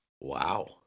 Wow